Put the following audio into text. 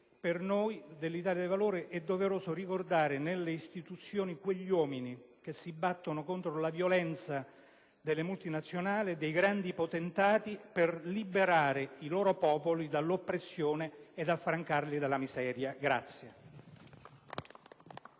Gruppo dell'Italia dei Valori è doveroso ricordare nelle istituzioni quegli uomini che si battono contro la violenza delle multinazionali e dei grandi potentati per liberare i loro popoli dall'oppressione e affrancarli dalla miseria.